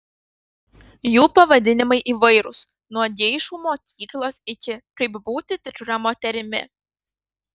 jų pavadinimai įvairūs nuo geišų mokyklos iki kaip būti tikra moterimi